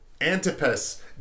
Antipas